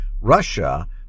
Russia